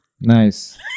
Nice